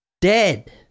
Dead